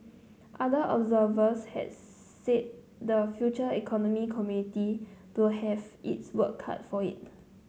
other observers had said the Future Economy Committee will have its work cut for it